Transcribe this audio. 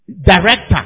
director